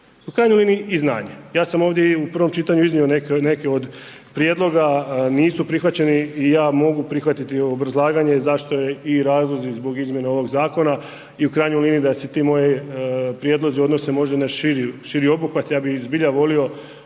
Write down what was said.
U krajnjoj liniji i znanje. Ja sam ovdje i u prvom čitanju iznio neke od prijedloga, nisu prihvaćeni i ja mogu prihvatiti obrazlaganje zašto je i razlozi zbog ovog zakona i u krajnjoj liniji da se ti moji prijedlozi odnose možda na širi obuhvat, ja bi zbilja volio